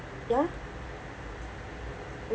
ya